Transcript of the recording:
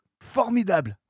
Formidable